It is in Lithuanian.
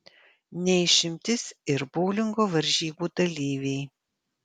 ne išimtis ir boulingo varžybų dalyviai